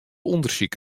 ûndersyk